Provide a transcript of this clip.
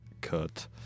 cut